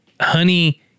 Honey